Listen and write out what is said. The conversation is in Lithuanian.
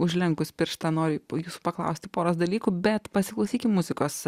užlenkus pirštą noriu jus paklausti poros dalykų bet pasiklausykime muzikos